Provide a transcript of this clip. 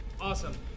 Awesome